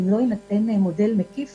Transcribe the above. אם לא יינתן מודל מקיף